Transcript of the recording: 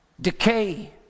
decay